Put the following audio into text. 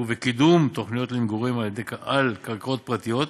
וקידום תוכנית למגורים על קרקעות פרטיות.